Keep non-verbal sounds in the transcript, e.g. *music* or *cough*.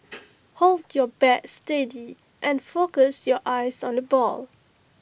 *noise* hold your bat steady and focus your eyes on the ball